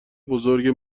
بزرگ